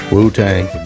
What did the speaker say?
Wu-Tang